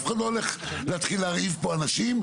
אף אחד לא הולך להתחיל להרעיב פה אנשים,